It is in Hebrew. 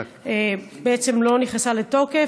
בעצם, לא נכנסה לתוקף.